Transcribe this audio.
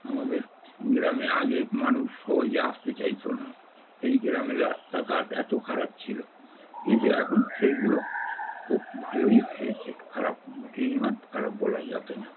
আমাদের গ্রামে আগে মানুষ সহজে আসতে চাইত না এই গ্রামের রাস্তাঘাট এত খারাপ ছিল কিন্তু এখন সেইগুলো খুব ভালোই হয়েছে খারাপ মোটেই নয় খারাপ বলা যাবে না